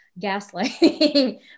gaslighting